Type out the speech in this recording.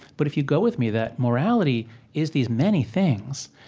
but if you go with me that morality is these many things,